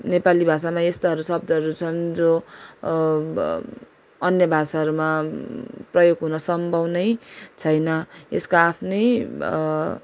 नेपाली भाषामा यस्तोहरू शब्दहरू छन् जो अब अन्य भाषाहरूमा प्रयोग हुन सम्भव नै छैन यसको आफ्नै